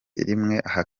rimwe